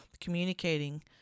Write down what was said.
communicating